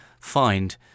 find